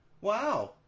wow